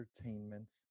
Entertainment's